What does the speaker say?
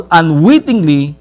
unwittingly